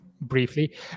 briefly